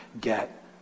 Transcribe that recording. get